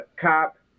cop